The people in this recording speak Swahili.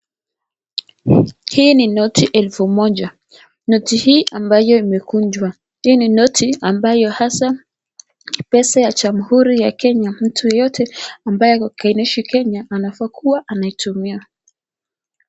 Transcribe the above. Hii ni noti 1000,noti hii ambayo imekunjwa, hii ni noti ambayo hasa pesa ya jamuhuri ya Kenya, mtu yoyote ambaye anaishi Kenya anafaa kuwa anaitumia.